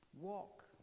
walk